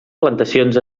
plantacions